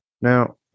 Now